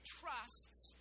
trusts